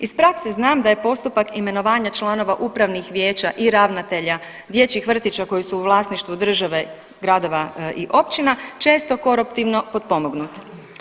Iz prakse znam da je postupak imenovanja članova upravnih vijeća i ravnatelja dječjih vrtića koji su u vlasništvu države, gradova i općina često koruptivno potpomognuta.